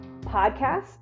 podcast